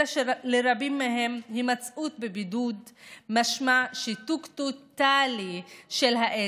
אלא שלרבים מהם הימצאות בבידוד משמעה שיתוק טוטלי של העסק.